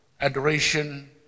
adoration